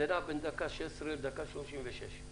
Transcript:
זה נע בין דקה שש עשרה, לדקה שלושים ושש,